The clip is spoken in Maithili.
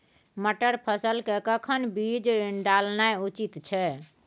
मटर फसल के कखन बीज डालनाय उचित छै?